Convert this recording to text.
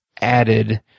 added